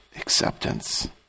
acceptance